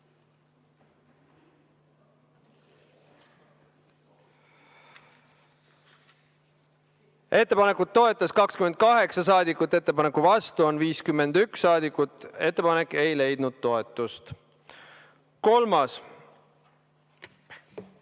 Ettepanekut toetas 28 saadikut, ettepaneku vastu on 51 saadikut. Ettepanek ei leidnud toetust. Kolmas